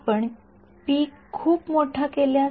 आपण पी खूप मोठा केल्यास